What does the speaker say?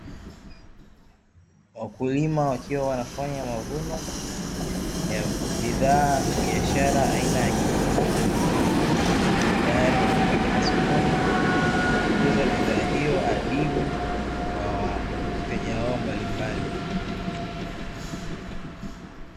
Wakulima wakiwa wanafanya mavuno, ya bidhaa ya biashara aina ya kitunguu, tayari kwa kuipeleka sokoni na kuuza bidhaa hiyo adimu kwa wateja wao mbalimbali.